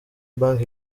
bank